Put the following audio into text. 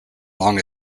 long